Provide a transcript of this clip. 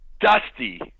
Dusty